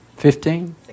Fifteen